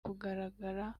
kugaragara